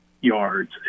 yards